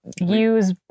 Use